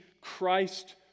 Christ